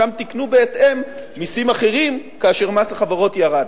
שם תיקנו בהתאם מסים אחרים כאשר מס החברות ירד.